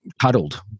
cuddled